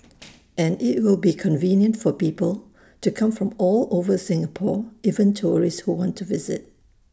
and IT will be convenient for people to come from all over Singapore even tourists who want to visit